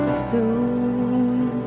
stone